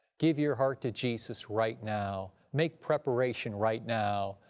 give your heart to jesus right now. make preparation right now,